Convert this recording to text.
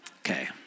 Okay